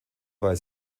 weil